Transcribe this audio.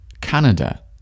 Canada